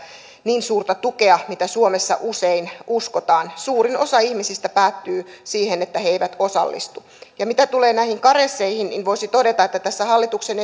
niin suurta tukea mitä suomessa usein uskotaan suurin osa ihmistä päätyy siihen että he he eivät osallistu mitä tulee näihin karensseihin niin voisi todeta ja hallituksen